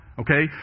Okay